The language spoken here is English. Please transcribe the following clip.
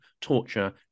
torture